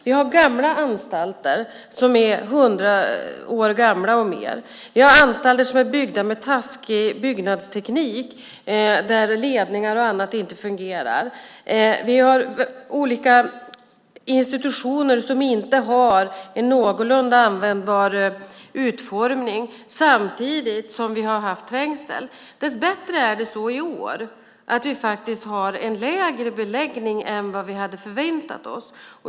Vi har gamla anstalter, 100 år gamla och mer. Vi har anstalter som är byggda med taskig byggnadsteknik där ledningar och annat inte fungerar. Vi har olika institutioner som inte har en någorlunda användbar utformning samtidigt som vi har haft trängsel. Dessbättre har vi faktiskt i år en lägre beläggning än vad vi hade förväntat oss.